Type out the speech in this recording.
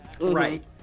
Right